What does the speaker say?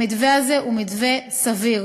המתווה הזה הוא מתווה סביר.